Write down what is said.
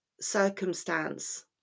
circumstance